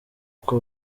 uko